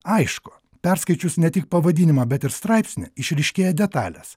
aišku perskaičius ne tik pavadinimą bet ir straipsnį išryškėja detalės